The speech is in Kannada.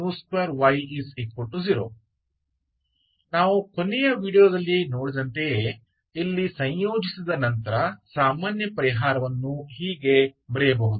y 2y0 ನಾವು ಕೊನೆಯ ವೀಡಿಯೊದಲ್ಲಿ ನೋಡಿದಂತೆಯೇ ಇಲ್ಲಿ ಸಂಯೋಜಿಸಿದ ನಂತರ ಸಾಮಾನ್ಯ ಪರಿಹಾರವನ್ನು ಹೀಗೆ ಬರೆಯಬಹುದು